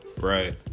right